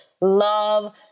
love